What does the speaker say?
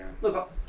Look